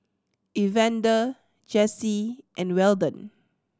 Evander Jesse and Weldon